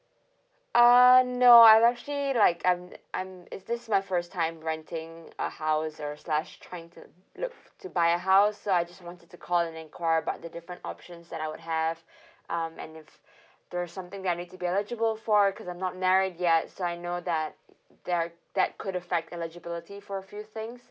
uh no I'm actually like I'm I'm is this my first time renting a house or slash trying to look to buy a house so I just wanted to call and enquire about the different options that I would have um and if there's something I need to be eligible for cause I'm not married yet so I know that there are that could affect eligibility for a few things